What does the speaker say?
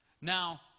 Now